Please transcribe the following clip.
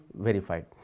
verified